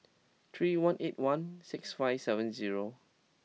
three one eight one six five seven zero